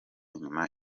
inyuma